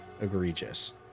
egregious